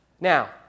Now